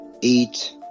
eat